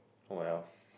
oh well